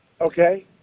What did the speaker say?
okay